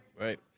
Right